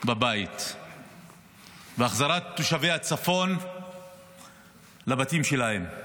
בבית והחזרת תושבי הצפון לבתים שלהם.